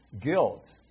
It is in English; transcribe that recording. guilt